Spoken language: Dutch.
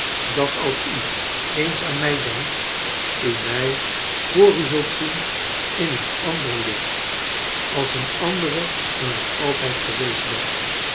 dat als u eens aan mij denkt u mij voor u zult zien in een ander licht als een andere dan ik altijd geweest ben